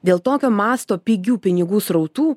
dėl tokio masto pigių pinigų srautų